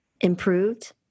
improved